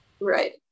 Right